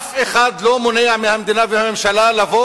אף אחד לא מונע מהמדינה או מהממשלה לבוא